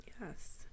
Yes